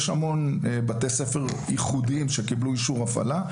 יש המון בתי ספר ייחודיים שקיבלו אישור הפעלה,